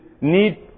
need